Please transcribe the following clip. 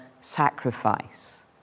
sacrifice